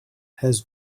has